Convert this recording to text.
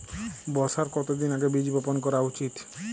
বর্ষার কতদিন আগে বীজ বপন করা উচিৎ?